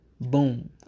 Boom